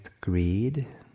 greed